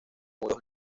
muros